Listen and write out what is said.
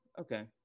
Okay